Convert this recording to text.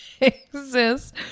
exists